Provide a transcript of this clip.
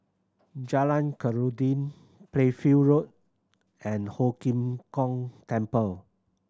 Jalan Khairuddin Playfair Road and Ho Kim Kong Temple